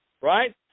right